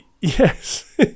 Yes